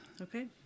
Okay